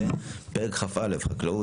וכן פרק כ"א (חקלאות),